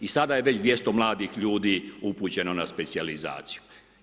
I sada je već 200 mladih ljudi upućeno na specijalizaciju.